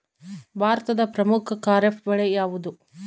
ಭಾರತದ ಪ್ರಮುಖ ಖಾರೇಫ್ ಬೆಳೆ ಯಾವುದು?